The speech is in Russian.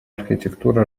архитектуры